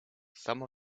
some